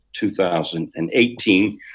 2018